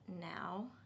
now